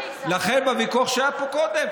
בוויכוח שהיה פה קודם,